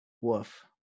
woof